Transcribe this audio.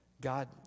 God